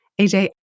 AJ